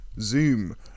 Zoom